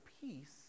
peace